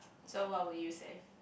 so what would you say